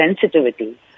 sensitivity